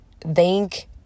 thank